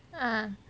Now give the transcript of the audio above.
ah